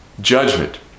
judgment